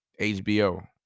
HBO